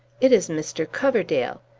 it is mr. coverdale!